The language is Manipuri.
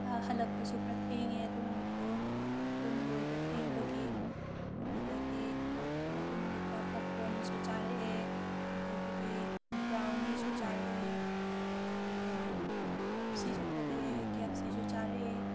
ꯍꯜꯂꯛꯄꯁꯨ ꯈꯔ ꯊꯦꯡꯉꯦ ꯑꯗꯨ ꯅꯨꯃꯤꯠꯇꯣ ꯐꯤꯂꯝ ꯂꯣꯏꯕ ꯊꯦꯡꯕꯒꯤ ꯑꯗꯨꯗꯒꯤ ꯑꯗꯨ ꯅꯨꯃꯤꯠꯇ ꯄꯣꯀꯣꯔꯟꯁꯨ ꯆꯥꯔꯛꯑꯦ ꯑꯗꯨꯗꯒꯤꯗꯤ ꯕ꯭ꯔꯥꯎꯟꯅꯤꯁꯨ ꯆꯥꯔꯛꯑꯦ ꯑꯗꯨꯒ ꯄꯦꯞꯁꯤꯁꯨ ꯊꯛꯂꯛꯑꯦ ꯀꯦꯑꯦꯐꯁꯤꯁꯨ ꯆꯥꯔꯛꯑꯦ